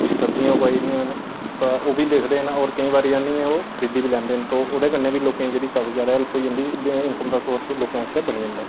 कोई सब्जियां उगाई दियां न तां ओह् बी दिखदे न और केईंबारी आनियै ओह् खरीदी बी लैंदेैन ओह्दे कन्नै बी लोकें गी जेह्ड़ी काफी जैदा हेल्प होई जंदी इनकम दा सोर्स लोकें आस्तै बनी जंदा